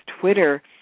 Twitter